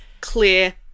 clear